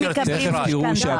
כרטיס אשראי?